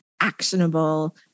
actionable